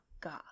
God